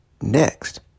next